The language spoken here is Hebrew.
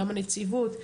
גם הנציבות,